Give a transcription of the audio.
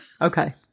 Okay